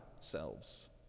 selves